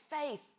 faith